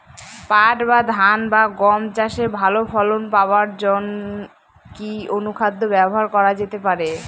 পাট বা ধান বা গম চাষে ভালো ফলন পাবার জন কি অনুখাদ্য ব্যবহার করা যেতে পারে?